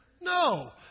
No